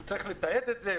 הוא צריך לתעד את זה.